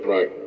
Right